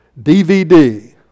DVD